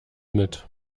mit